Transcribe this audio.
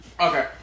Okay